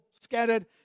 scattered